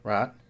Right